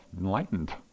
enlightened